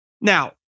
Now